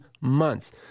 months